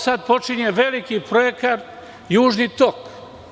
Sada počinje veliki projekt – Južni tok.